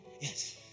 yes